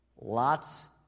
Lots